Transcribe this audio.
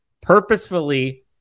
purposefully